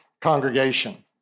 congregation